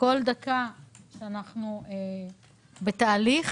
כל דקה שאנחנו בתהליך